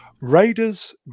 Raiders